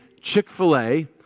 Chick-fil-A